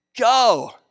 go